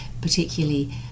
particularly